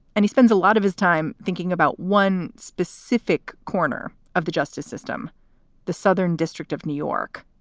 and he spends a lot of his time thinking about one specific corner of the justice system the southern district of new york,